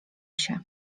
się